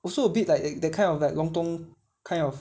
also a bit like the kind of like lontong kind of